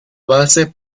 base